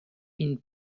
این